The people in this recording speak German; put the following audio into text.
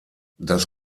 das